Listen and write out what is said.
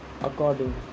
According